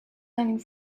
learning